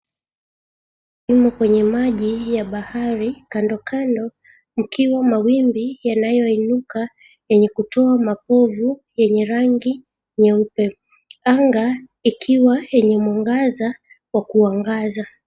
...Imo kwenye maji ya bahari, kandokando mkiwa na mawimbi yanayoinuka yenye kutoa mapovu yenye rangi nyeupe. Anga ikiwa yenye mwangaza wa kuangaza.